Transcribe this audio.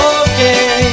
okay